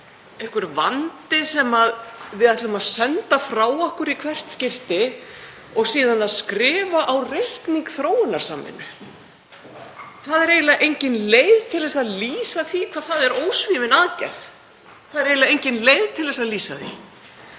einhver vandi sem við ætlum að senda frá okkur í hvert skipti og skrifa síðan á reikning þróunarsamvinnu. Það er eiginlega engin leið til að lýsa því hvað það er ósvífin aðgerð. Það er eiginlega engin leið til að lýsa því